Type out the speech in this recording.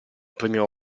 premio